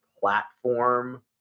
Platform